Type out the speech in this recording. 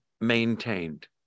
maintained